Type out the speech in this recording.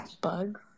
Bug